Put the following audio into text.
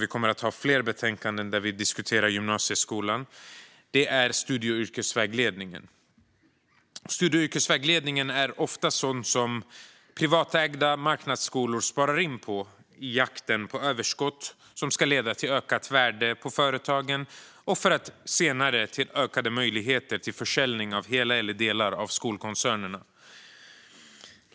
Vi kommer att ha fler betänkanden där vi diskuterar gymnasieskolan. Studie och yrkesvägledningen är ofta sådant som privatägda marknadsskolor sparar in på i jakten på överskott som ska leda till ökat värde på företagen och senare till ökade möjligheter till försäljning av hela eller delar av skolkoncernerna.